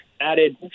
added